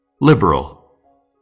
Liberal